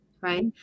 right